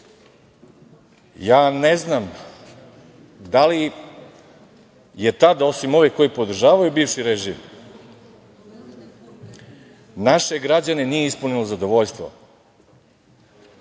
znam da li je tada, osim ovih koji podržavaju bivši režim, naše građane nije ispunilo zadovoljstvo